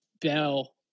Bell